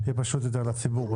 יהיה פשוט יותר לציבור.